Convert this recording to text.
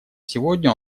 сегодня